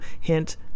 Hint